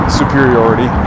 superiority